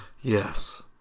Yes